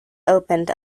opened